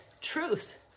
truth